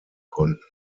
konnten